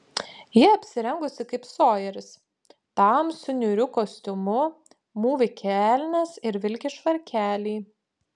ji apsirengusi kaip sojeris tamsiu niūriu kostiumu mūvi kelnes ir vilki švarkelį